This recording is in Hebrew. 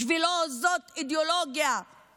בשבילו זאת אידיאולוגיה,